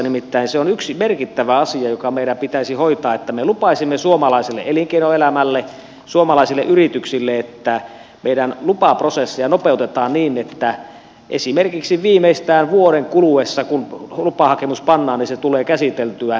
nimittäin se on yksi merkittävä asia joka meidän pitäisi hoitaa että me lupaisimme suomalaiselle elinkeinoelämälle suomalaisille yrityksille että meidän lupaprosessejamme nopeutetaan niin että esimerkiksi viimeistään vuoden kuluessa siitä kun lupahakemus pannaan se tulee käsiteltyä